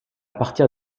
partir